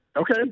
Okay